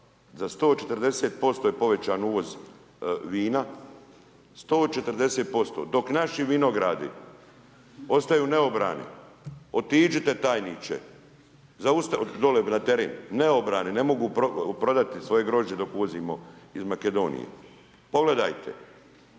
za 140% je povećan uvoz vina 140% dok naši vinogradi ostaju neobrani, otiđite tajniče, dole na teren, neobrani, ne mogu prodati svoje grožđe dok uvozimo iz Makedonije, pogledajte.